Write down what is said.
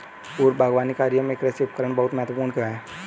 पूर्व बागवानी कार्यों में कृषि उपकरण बहुत महत्वपूर्ण क्यों है?